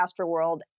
Astroworld